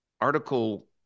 Article